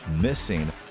missing